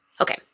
Okay